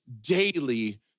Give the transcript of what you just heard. daily